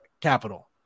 capital